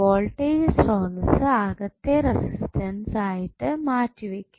voltage സ്രോതസ്സ് അകത്തെ resistance ആയിട്ട് മാറ്റി വെയ്ക്കും